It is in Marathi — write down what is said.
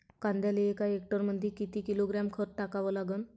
कांद्याले एका हेक्टरमंदी किती किलोग्रॅम खत टाकावं लागन?